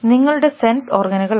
ഇവയാണു നിങ്ങളുടെ സെൻസ് ഓർഗനുകൾ